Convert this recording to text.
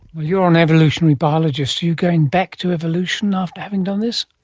you are an evolutionary biologist. are you going back to evolution after having done this?